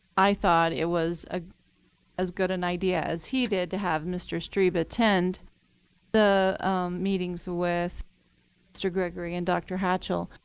i thought it was ah as good an idea as he did to have mr. strebe attend the meetings with mr. gregory and dr. hatchell,